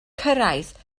cyrraedd